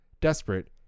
Desperate